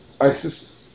ISIS